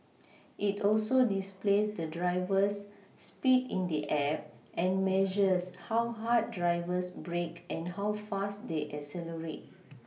it also displays the driver's speed in the app and measures how hard drivers brake and how fast they accelerate